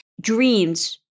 dreams